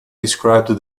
described